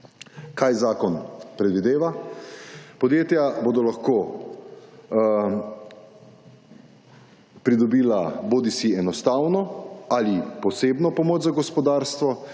Kaj zakon predvideva? Podjetja bodo lahko pridobila bodisi enostavno ali posebno pomoč za gospodarstvo.